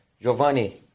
Giovanni